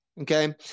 okay